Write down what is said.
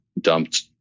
dumped